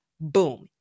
Boom